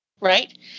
right